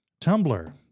Tumblr